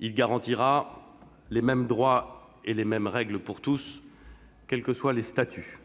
Il garantira les mêmes droits et les mêmes règles pour tous, quels que soient les statuts.